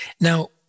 Now